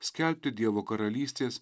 skelbti dievo karalystės